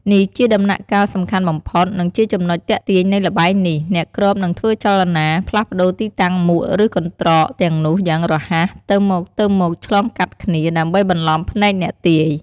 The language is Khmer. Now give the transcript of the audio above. នេះជាដំណាក់កាលសំខាន់បំផុត និងជាចំណុចទាក់ទាញនៃល្បែងនេះ អ្នកគ្របនឹងធ្វើចលនា ផ្លាស់ប្ដូរទីតាំងមួកឬកន្ត្រកទាំងនោះយ៉ាងរហ័ស ទៅមកៗឆ្លងកាត់គ្នា ដើម្បីបន្លំភ្នែកអ្នកទាយ។